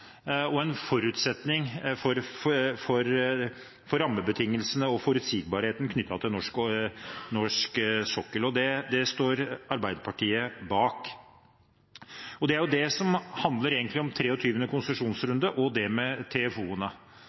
og en forutsetning for rammebetingelsene og forutsigbarheten knyttet til norsk sokkel. Det står Arbeiderpartiet bak. Og det er egentlig det som handler om 23. konsesjonsrunde og TFO-ene. Det